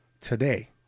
today